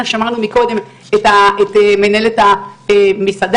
שמענו מקודם את מנהלת המסעדה,